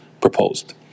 proposed